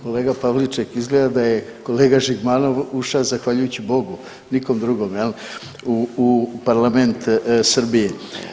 Kolega Pavliček, izgleda da je kolega Žigmanov ušao zahvaljujući Bogu, nikom drugome jel u parlament Srbije.